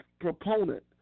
proponent